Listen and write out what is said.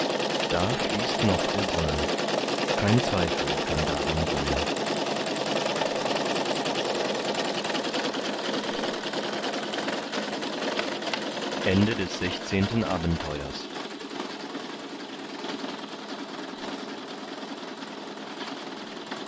da fließt noch der brunnen kein zweifel kann daran sein siebzehntes abenteuer